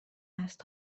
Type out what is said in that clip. است